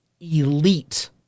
elite